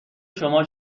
شما